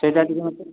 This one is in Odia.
ସେଇଟା ଟିକିଏ ମୋତେ